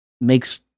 makes